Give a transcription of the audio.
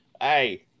Hey